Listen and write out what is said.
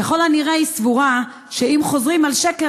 ככל הנראה היא סבורה שאם חוזרים על שקר